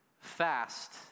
fast